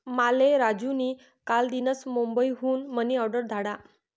माले राजू नी कालदीनच मुंबई हुन मनी ऑर्डर धाडा